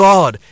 God